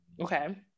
okay